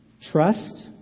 trust